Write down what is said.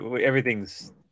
everything's